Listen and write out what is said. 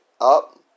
up